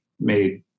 made